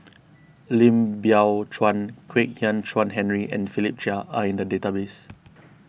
Lim Biow Chuan Kwek Hian Chuan Henry and Philip Chia are in the database